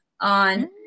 on